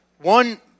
One